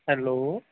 hello